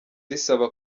risaba